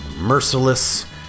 merciless